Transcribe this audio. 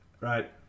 Right